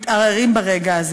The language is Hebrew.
מתערערים ברגע.